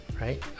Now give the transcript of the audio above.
right